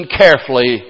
carefully